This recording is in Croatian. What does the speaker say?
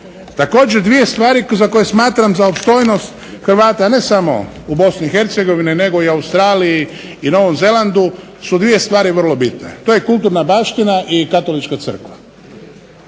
Također dvije stvari za koje smatram za opstojnost Hrvata ne samo u Bosni i Hercegovini nego i Australiji i Novom Zelandu su dvije stvari vrlo bitne, to je kulturna baština i Katolička crkva.